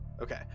okay